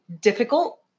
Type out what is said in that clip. difficult